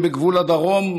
אם הם בגבול הדרום,